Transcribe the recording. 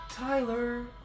Tyler